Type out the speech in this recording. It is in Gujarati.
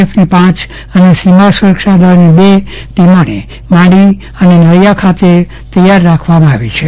એફની પાંચ અને સીમા સુરક્ષા દળની બે ટીમો ને માંડવી અને નળિયા ખાતે તૈયાર રાખવામાં આવી છે